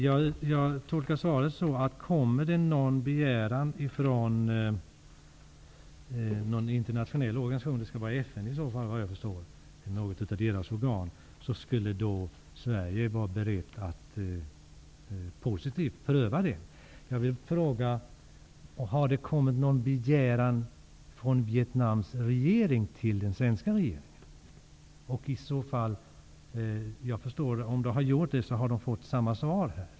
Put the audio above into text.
Jag tolkar svaret så, att kommer det en begäran från någon internationell organisation -- det skulle såvitt jag förstår i så fall vara fråga om FN eller något av dess organ -- skulle Sverige vara berett att positivt pröva den begäran. Har det kommit någon begäran från Vietnams regering till den svenska regeringen? Om det har gjort det förstår jag att de har fått samma svar.